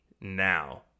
now